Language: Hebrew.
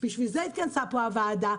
בשביל זה התכנסה פה הוועדה,